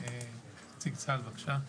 נציג צה"ל, בבקשה.